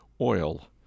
oil